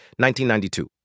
1992